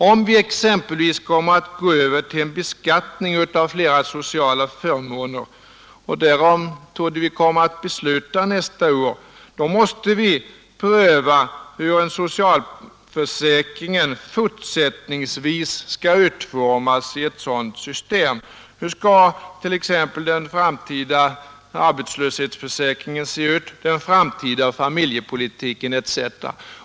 Om vi exempelvis kommer att gå över till en beskattning av flera sociala förmåner och därom torde vi komma att besluta nästa år måste vi pröva hur socialförsäkringen fortsättningsvis skall utformas i ett sådant system. Hur skall t.ex. den framtida arbetslöshetsförsäkringen se ut, den framtida familjepolitiken etc.?